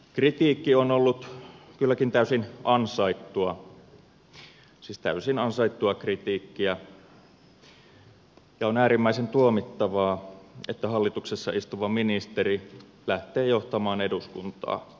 kritiikki on ollut kylläkin täysin ansaittua siis täysin ansaittua kritiikkiä ja on äärimmäisen tuomittavaa että hallituksessa istuva ministeri lähtee johtamaan eduskuntaa harhaan